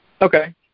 Okay